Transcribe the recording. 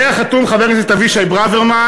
מה עם, עליה חתום חבר הכנסת אבישי ברוורמן,